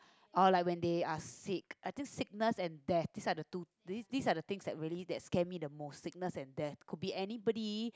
or like when they are sick I think sickness and death these are the two these are the things that really that scare me the most sickness and death could be anybody